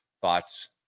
thoughts